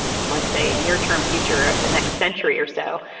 let's say, near term future of the next century or so.